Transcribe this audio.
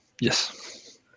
yes